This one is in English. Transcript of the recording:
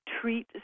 treat